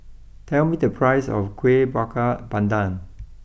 tell me the price of Kuih Bakar Pandan